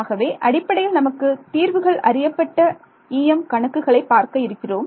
ஆகவே அடிப்படையில் நமக்குத் தீர்வுகள் அறியப்பட்ட EM கணக்குகளை பார்க்க இருக்கிறோம்